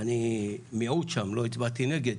אני מיעוט שם, לא הצבעתי נגד,